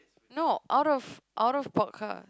no out of out of podcast